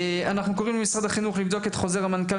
אנחנו קוראים למשרד החינוך לבדוק את חוזר המנכ"ל